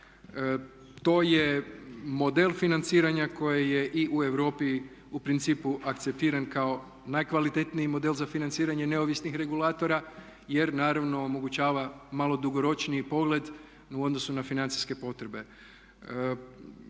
To je model financiranja koji je i u Europi u principu akceptiran kao najkvalitetniji model za financiranje neovisnih regulatora, jer naravno omogućava malo dugoročniji pogled u odnosu na financijske potrebe.